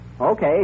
Okay